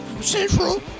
Central